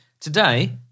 Today